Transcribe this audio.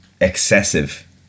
excessive